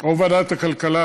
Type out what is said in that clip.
או בוועדת הכלכלה,